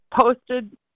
posted